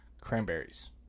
cranberries